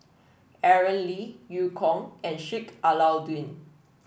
Aaron Lee Eu Kong and Sheik Alau'ddin